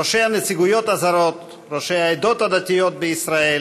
ראשי הנציגויות הזרות, ראשי העדות הדתיות בישראל,